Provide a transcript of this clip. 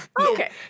Okay